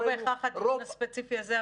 זה לא בהכרח הדיון הספציפי הזה,